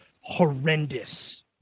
horrendous